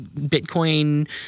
Bitcoin